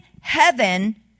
heaven